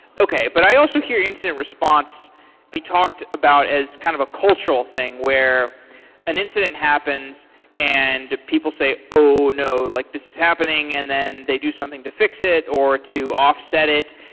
okay. but i also hear incident response be talked about as kind of a cultural thing where an incident happens and people say, oh no, like this is happening, and then they do something to fix it or to offset it,